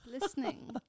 listening